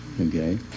okay